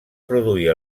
produir